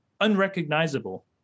unrecognizable